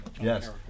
Yes